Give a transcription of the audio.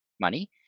money